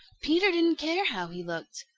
peter didn't care how he looked.